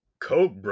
Coke